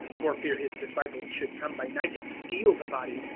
for fear his disciples should come by night and steal the body,